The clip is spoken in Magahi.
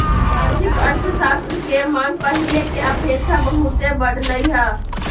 आर्थिक अर्थशास्त्र के मांग पहिले के अपेक्षा बहुते बढ़लइ ह